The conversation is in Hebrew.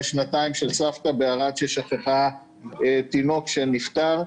שנתיים של סבתא בערד ששכחה תינוק שנפטר.